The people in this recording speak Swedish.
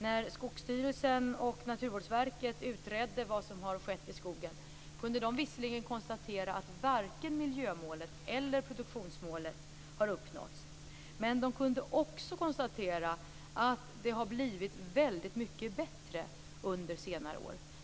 När Skogsstyrelsen och Naturvårdsverket utredde vad som har skett i skogen kunde de visserligen konstatera att varken miljömålet eller produktionsmålet har uppnåtts. Men de kunde också konstatera att det har blivit väldigt mycket bättre under senare år.